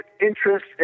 interest